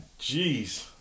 Jeez